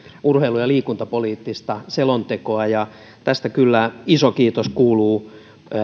urheilu ja liikuntapoliittista selontekoa tästä kyllä iso kiitos kuuluu